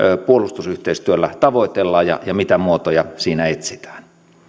puolustusyhteistyöllä tavoitellaan ja mitä muotoja siinä etsitään